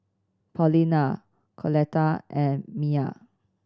Paulina Coletta and Mia